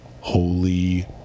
holy